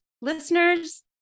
listeners